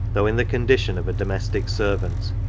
though in the condition of a domestic servant,